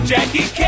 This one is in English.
Jackie